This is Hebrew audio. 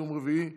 יום רביעי,